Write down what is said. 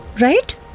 right